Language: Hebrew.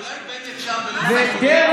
או רבי עמרם בן דיוואן ואחרים, חלקם הם שד"רים,